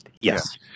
Yes